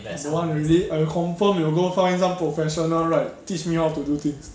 number one already I will confirm will go find some professional right teach me how to do things